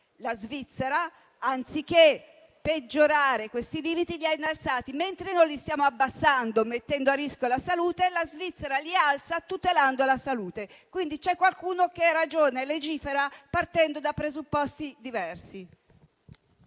La Svizzera, anziché peggiorare questi limiti, li ha innalzati, mentre non li stiamo abbassando, mettendo a rischio la salute dei cittadini. C'è quindi qualcuno che ragiona e legifera partendo da presupposti diversi.